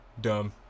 dumb